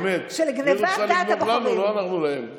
באמת, היא רוצה לגנוב לנו, לא אנחנו להם.